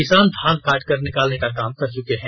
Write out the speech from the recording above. किसान धान काट कर निकालने का काम कर चुके हैं